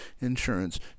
insurance